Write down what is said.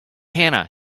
hannah